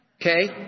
okay